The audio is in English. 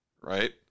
right